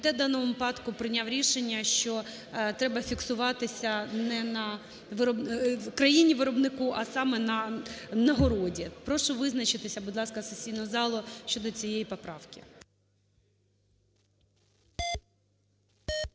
в даному випадку прийняв рішення, що треба фіксуватися не на країні виробнику, а саме на нагороді. Прошу визначитися, будь ласка, сесійну залу щодо цієї поправки.